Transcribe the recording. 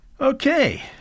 Okay